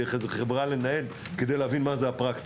דרך ניהול איזו חברה כדי להבין את הפרקטיקה